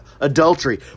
adultery